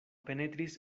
penetris